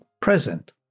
present